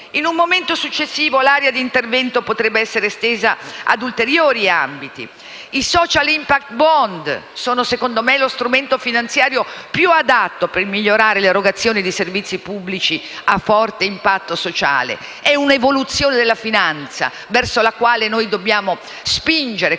In un momento successivo, l'area di intervento potrebbe essere estesa ad ulteriori ambiti. I *social impact bond* sono, secondo me, lo strumento finanziario più adatto per migliorare l'erogazione dei servizi pubblici a forte impatto sociale. Si tratta di un'evoluzione della finanza verso la quale dobbiamo spingere,